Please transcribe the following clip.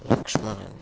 लक्ष्मणः